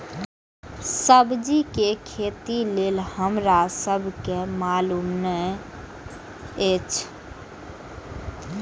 सब्जी के खेती लेल हमरा सब के मालुम न एछ?